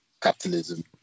capitalism